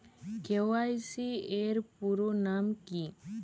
KYC এর পুরোনাম কী?